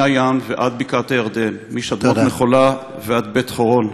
מהים ועד בקעת-הירדן, משדמות-מחולה ועד בית-חורון.